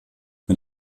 mit